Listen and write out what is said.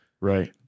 Right